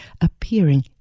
appearing